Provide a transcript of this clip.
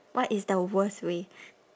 what is the worst way